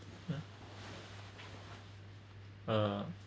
yeah uh